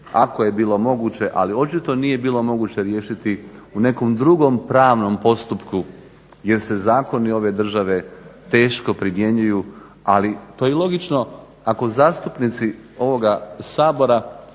ako je bilo moguće, ali očito nije bilo moguće riješiti u nekom drugom pravnom postupku jer se zakoni ove države teško primjenjuju. Ali to je i logično ako zastupnici ovoga Sabora